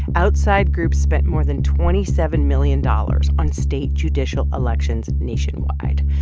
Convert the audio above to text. outside groups spent more than twenty seven million dollars on state judicial elections nationwide,